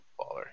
baller